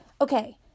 Okay